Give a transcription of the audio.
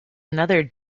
another